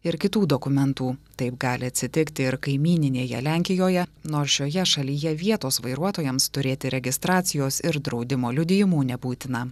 ir kitų dokumentų taip gali atsitikti ir kaimyninėje lenkijoje nors šioje šalyje vietos vairuotojams turėti registracijos ir draudimo liudijimų nebūtina